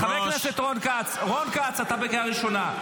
--- חבר הכנסת רון כץ, אתה בקריאה ראשונה.